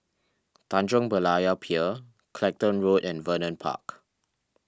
Tanjong Berlayer Pier Clacton Road and Vernon Park